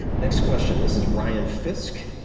next question. this is ryan fisk.